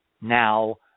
now